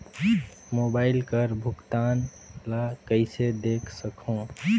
Mobile कर भुगतान ला कइसे देख सकहुं?